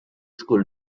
school